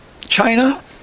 China